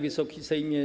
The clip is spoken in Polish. Wysoki Sejmie!